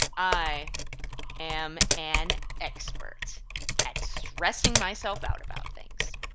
i am an expert at stressing myself out about things.